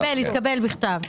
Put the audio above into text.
התקבל בכתב.